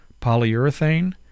polyurethane